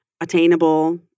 attainable